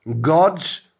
God's